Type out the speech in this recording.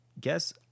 guess